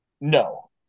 No